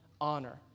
honor